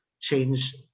change